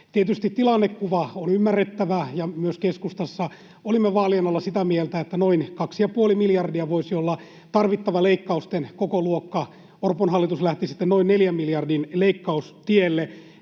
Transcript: Tietysti tilannekuva on ymmärrettävä, ja myös keskustassa olimme vaalien olla sitä mieltä, että noin 2,5 miljardia voisi olla tarvittava leikkausten kokoluokka. Orpon hallitus lähti sitten noin neljä miljardin leikkaustielle.